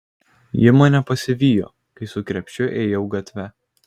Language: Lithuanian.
ji mane pasivijo kai su krepšiu ėjau gatve